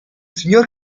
signor